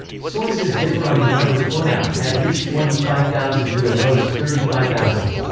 sources differ on the number flown out at least twenty five thousand to at most thirty five thousand.